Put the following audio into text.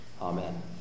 Amen